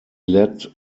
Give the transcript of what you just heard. led